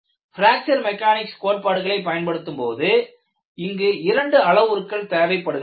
fracture mechanics கோட்பாடுகளை பயன்படுத்தும்போது இங்கு இரண்டு அளவுருக்கள் தேவைப்படுகின்றன